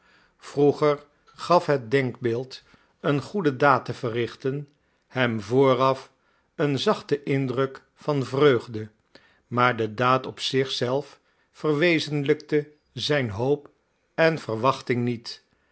vroeger gaf het denkbeeld een goede daad te verrichten hem vooraf een zachten indruk van vreugde maar de daad op zich zelf verwezenlijkte zijn hoop en verwachting niet